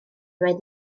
ddweud